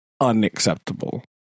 unacceptable